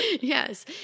Yes